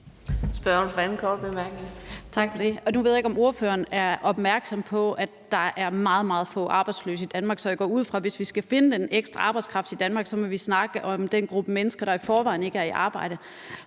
Spørgeren for en anden kort bemærkning.